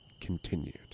continued